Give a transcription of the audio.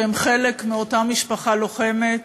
שהם חלק מאותה משפחה לוחמת,